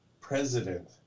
president